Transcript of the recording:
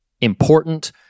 important